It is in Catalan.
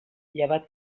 llevat